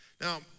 Now